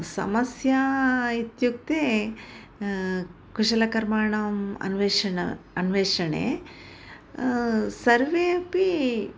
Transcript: समस्या इत्युक्ते कुशलकर्माणाम् अन्वेषणे अन्वेषणे सर्वे अपि